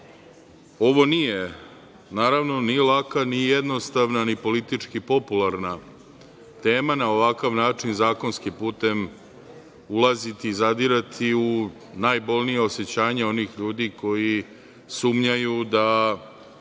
Ovo naravno nije laka, ni jednostavna, ni politički popularna tema da na ovakav način zakonskim putem ulaziti i zadirati u najbolnija osećanja onih ljudi koji sumnjaju da